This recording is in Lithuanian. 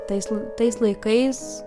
tais tais laikais